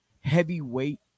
heavyweight